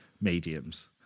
mediums